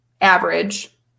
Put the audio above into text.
average